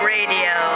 Radio